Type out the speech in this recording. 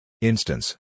Instance